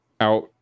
out